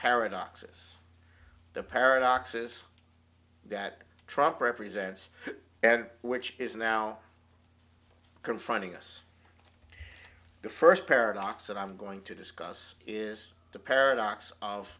paradoxes the paradoxes that trump represents and which is now confronting us the first paradox and i'm going to discuss is the paradox of